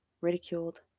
ridiculed